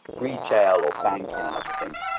retail or banking and other things?